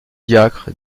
diacre